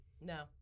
No